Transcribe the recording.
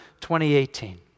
2018